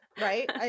Right